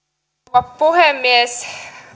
arvoisa rouva puhemies